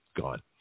gone